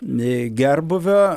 nei gerbūvio